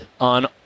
on